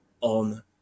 on